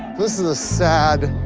this is a sad,